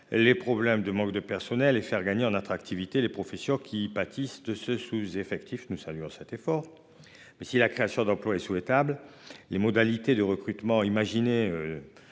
les problèmes de manque de personnel et faire gagner en attractivité les professions qui pâtissent de ce sous-effectif nous saluons cet effort. Mais si la création d'emplois et sur les tables, les modalités de recrutement imaginer.